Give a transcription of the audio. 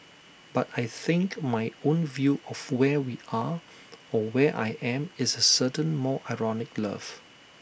but I think my own view of where we are or where I am is A certain more ironic love